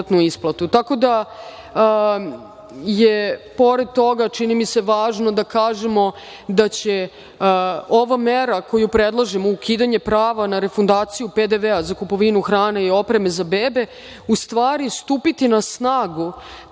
isplatu. Pored toga, čini mi se važno je da kažemo da će ova mera koju predlažemo, ukidanje prava na refundaciju PDV-a za kupovinu hrane i opreme za bebe, u stvari stupiti na snagu